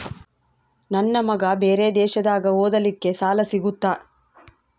ನನ್ನ ಮಗ ಬೇರೆ ದೇಶದಾಗ ಓದಲಿಕ್ಕೆ ಸಾಲ ಸಿಗುತ್ತಾ?